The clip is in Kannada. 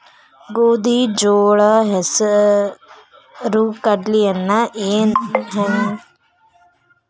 ಜೋಳ, ಗೋಧಿ, ಹೆಸರು, ಕಡ್ಲಿಯನ್ನ ನೇವು ಹೆಂಗ್ ಬೆಳಿತಿರಿ?